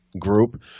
Group